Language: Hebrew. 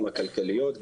גם הכלכליות,